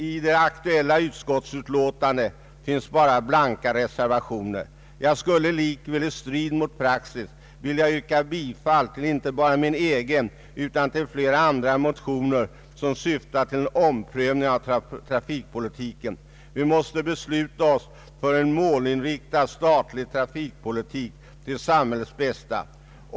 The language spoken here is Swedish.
I det aktuella utskottsutlåtandet finns bara blanka reservationer. Jag skulle likväl — i strid mot praxis — vilja yrka bifall till inte bara min egen utan flera andra motioner som syftar till omprövning av trafikpolitiken. Vi måste besluta oss för en målinriktad statlig trafikpolitik till samhällets bästa.